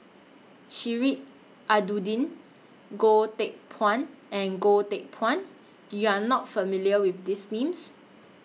Sheik Alau'ddin Goh Teck Phuan and Goh Teck Phuan YOU Are not familiar with These Names